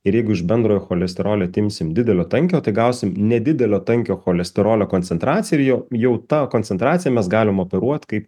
ir jeigu iš bendrojo cholesterolio imsime didelio tankio tai gausim nedidelio tankio cholesterolio koncentraciją ir jau jau tą koncentraciją mes galim operuot kaip